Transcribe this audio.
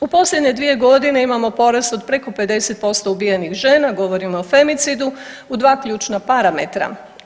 U posljednje 2 godine imamo porast od preko 50% ubijenih žena, govorimo o femicidu, u dva ključna parametra.